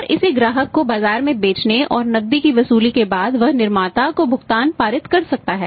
और इसे ग्राहक को बाजार में बेचने और नकदी की वसूली के बाद वह निर्माता को भुगतान पारित कर सकता है